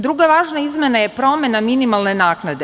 Druga važna izmena je promena minimalne naknade.